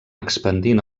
expandint